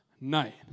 night